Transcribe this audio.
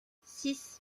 six